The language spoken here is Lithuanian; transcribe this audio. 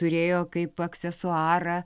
turėjo kaip aksesuarą